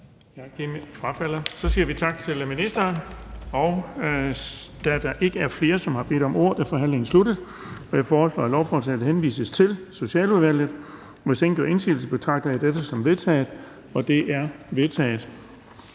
bemærkninger. Tak til ministeren. Da der ikke er flere, der har bedt om ordet, er forhandlingen sluttet. Jeg foreslår, at lovforslaget henvises til Kulturudvalget. Hvis ingen gør indsigelse, betragter jeg dette som vedtaget. Det er vedtaget.